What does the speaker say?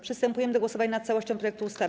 Przystępujemy do głosowania nad całością projektu ustawy.